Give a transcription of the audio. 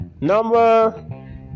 number